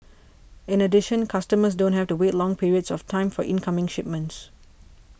in addition customers don't have to wait long periods of time for incoming shipments